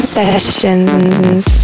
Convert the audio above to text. Sessions